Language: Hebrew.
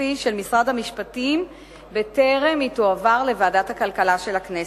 הסופי של משרד המשפטים בטרם תועבר לוועדת הכלכלה של הכנסת.